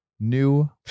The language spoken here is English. New